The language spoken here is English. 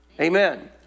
Amen